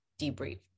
debrief